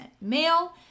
male